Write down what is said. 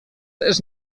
też